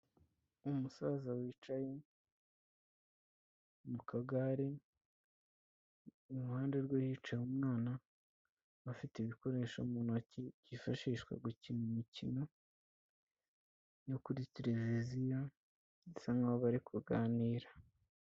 Umusaza wicaye mu kagare, iruhande rwe hicaye umwana, bafite ibikoresho mu ntoki byifashishwa gukina imikino yo kuri tereviziyo bisa nk'aho bari kuganira.